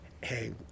hey